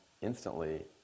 instantly